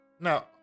Now